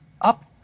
up